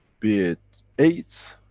be it aids,